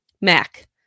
Mac